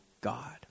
God